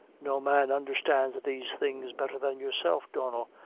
no man understands these things better than yourself, donnel,